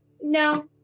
no